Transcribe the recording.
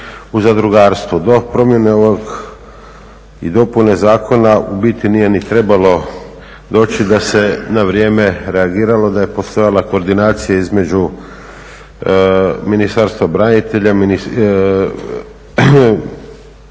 u zadrugarstvo. Do promjene ovog i dopune zakona u biti nije ni trebalo doći, da se na vrijeme reagiralo, da je postojala koordinacija između Ministarstva branitelja i drugih državnih tijela,